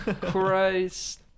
Christ